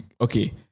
Okay